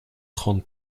trente